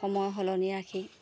সময় সলনি ৰাখি